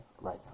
right